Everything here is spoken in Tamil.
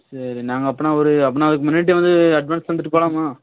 சரி நாங்கள் அப்போன்னா ஒரு அப்படினா அதுக்கு முன்னாடிடே வந்து அட்வான்ஸ் தந்துவிட்டு போகலாமா